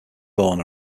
born